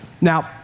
Now